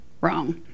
wrong